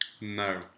no